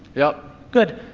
yep. good.